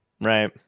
Right